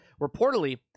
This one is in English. reportedly